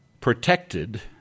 protected